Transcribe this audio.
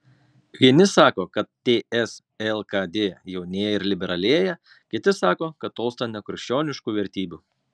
vieni sako kad ts lkd jaunėja ir liberalėja kiti sako kad tolsta nuo krikščioniškų vertybių